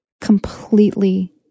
completely